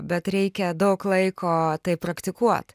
bet reikia daug laiko tai praktikuot